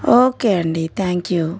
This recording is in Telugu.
ఓకే అండి థ్యాంక్ యూ